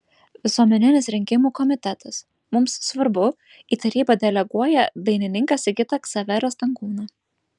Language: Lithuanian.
visuomeninis rinkimų komitetas mums svarbu į tarybą deleguoja dainininką sigitą ksaverą stankūną